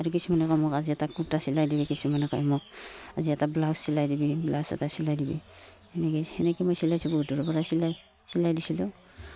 আৰু কিছুমানে মোক আজি এটা কুৰ্তা চিলাই দিবি কিছুমানে মোক আজি এটা ব্লাউজ চিলাই দিবি ব্লাউজ এটা চিলাই দিবি সেনেকৈ সেনেকৈ মই চিলাইছোঁ বহুত দূৰৰপৰাই চিলাই চিলাই দিছিলোঁ